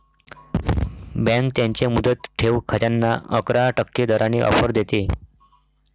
bank त्यांच्या मुदत ठेव खात्यांना अकरा टक्के दराने ऑफर देते